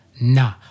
nah